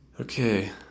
Okay